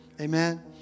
Amen